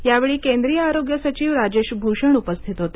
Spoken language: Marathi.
यावेळी केंद्रीय आरोग्य सचिव राजेश भूषण उपस्थित होते